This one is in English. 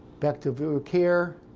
back to viewer care